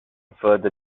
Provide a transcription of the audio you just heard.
further